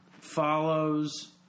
follows